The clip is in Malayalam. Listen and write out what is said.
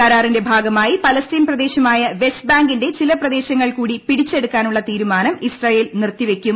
കരാറിന്റെ ഭാഗമായി പലസ്തീൻ പ്രദേശമായ വെസ്റ്റ് ബാങ്കിന്റെ ചില പ്രദേശങ്ങൾ കൂടി പിടിച്ചെടുക്കാനുള്ള തീരുമാനം ഇസ്രായേൽ നിർത്തിവയ്ക്കും